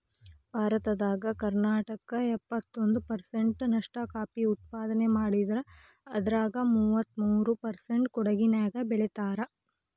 ಭಾರತದಾಗ ಕರ್ನಾಟಕ ಎಪ್ಪತ್ತೊಂದ್ ಪರ್ಸೆಂಟ್ ನಷ್ಟ ಕಾಫಿ ಉತ್ಪಾದನೆ ಮಾಡಿದ್ರ ಅದ್ರಾಗ ಮೂವತ್ಮೂರು ಪರ್ಸೆಂಟ್ ಕೊಡಗಿನ್ಯಾಗ್ ಬೆಳೇತಾರ